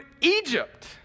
Egypt